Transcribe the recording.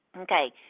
okay